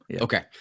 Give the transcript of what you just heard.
Okay